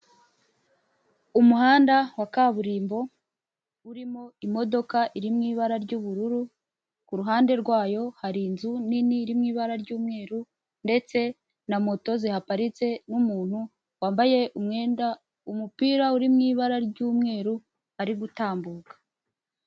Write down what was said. Umuhanda wa kaburimbo urimo imodoka iri mu ibara ry'ubururu, ku ruhande rwayo hari inzu nini iri mu ibara ry'umweru ndetse na moto zihaparitse n'umuntu wambaye umwenda umupira uri mu ibara ry'umweru ari gutambuka.